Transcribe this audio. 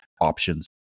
options